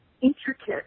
intricate